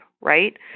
right